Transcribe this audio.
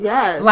Yes